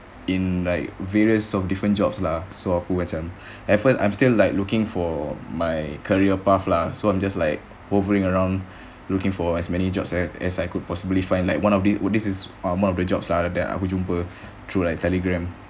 in like various of different jobs lah so aku macam at first like I'm still like looking for my career path lah so I'm just like hovering around looking for as many jobs as as I could possibly find like one of these uh this is one of jobs that uh aku jumpa through like uh telegram